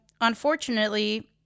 unfortunately